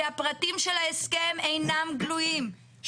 שהפרטים של ההסכם אינם גלויים,